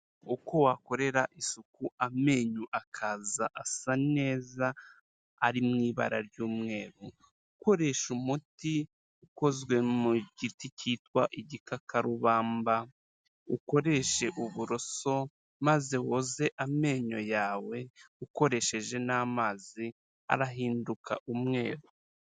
Uko wakorera isuku amenyo akaza asa neza, ari mu ibara ry'umweru, ukoresha umuti ukozwe mu giti cyitwa igikakarubamba, ukoreshe uburoso, maze woze amenyo yawe, ukoresheje n'amazi, arahinduka umweru.